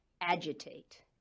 agitate